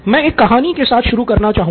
मैं एक कहानी के साथ शुरू करना चाहूँगा